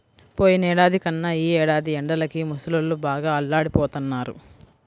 పోయినేడాది కన్నా ఈ ఏడాది ఎండలకి ముసలోళ్ళు బాగా అల్లాడిపోతన్నారు